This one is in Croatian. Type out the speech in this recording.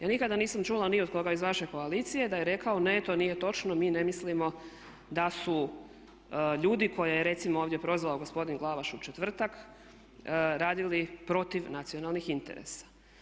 Ja nikada nisam čula ni od koga iz vaše koalicije da je rekao ne to nije točno, mi ne mislimo da su ljudi koje je recimo ovdje prozvao gospodin Glavaš u četvrtak radili protiv nacionalnih interesa.